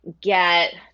get